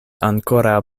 ankoraŭ